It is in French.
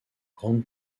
grande